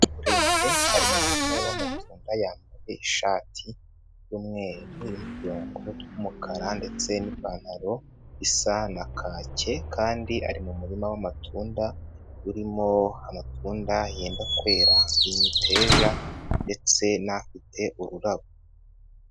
Muremure ari mu murima we w'amatunda. Yambaye ishati y'umweru irimo uturongo tw'umukara ndetse n'ipantaro isa na kake kandi ari mu murima w'amatunda. Urimo amatunda yenda kwera, imiteja ndetse n'afite ururabo.